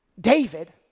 David